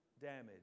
damage